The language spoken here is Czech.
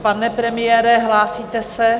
Pane premiére, hlásíte se?